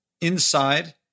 inside